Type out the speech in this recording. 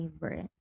favorite